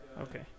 Okay